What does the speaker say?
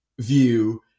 view